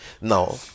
Now